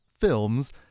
films